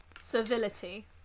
civility